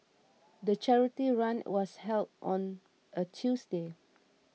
the charity run was held on a Tuesday